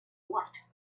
what